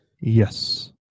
Yes